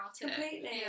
Completely